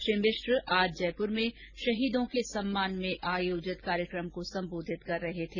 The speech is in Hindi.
श्री मिश्र आज जयपुर में शहीदों के सम्मान में आयोजित कार्यक्रम को संबोधित कर रहे थे